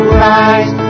rise